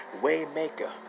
Waymaker